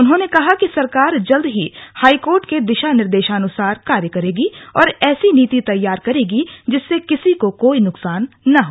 उन्होंने कहा कि सरकार जल्द ही हाईकोर्ट के दिशा निर्देशानुसार कार्य करेगी और ऐसी नीति तैयार करेगी जिससे किसी का कोई नुकसान न हो